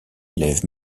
élèvent